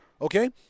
okay